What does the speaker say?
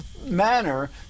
manner